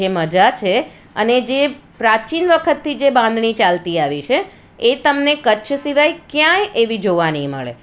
જે મજા છે અને જે પ્રાચીન વખતથી જે બાંધણી ચાલતી આવી છે એ તમને કચ્છ સિવાય ક્યાંય એવી જોવા નહીં મળે